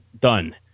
done